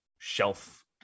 shelf